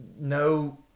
No